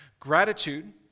Gratitude